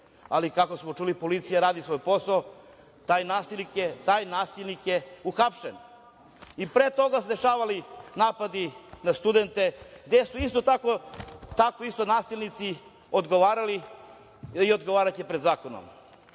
Kako smo čuli, policija radi svoj posao i taj nasilnik je uhapšen. I pre toga su se dešavali napadi na studente, gde su isto takvi nasilnici odgovarali i odgovaraće pred zakonom. Evo,